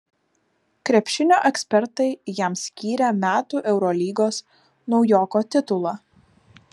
krepšinio ekspertai jam skyrė metų eurolygos naujoko titulą